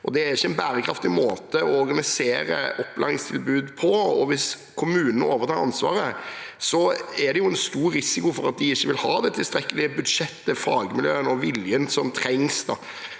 Det er ikke en bærekraftig måte å organisere opplæringstilbud på. Hvis kommunene nå overtar ansvaret, er det en stor risiko for at de ikke vil ha det tilstrekkelige budsjettet, fagmiljøet eller viljen som trengs.